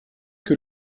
que